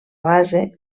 base